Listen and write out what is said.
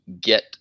get